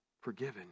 forgiven